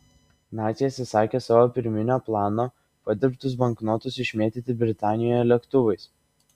naciai atsisakė savo pirminio plano padirbtus banknotus išmėtyti britanijoje lėktuvais